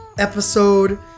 episode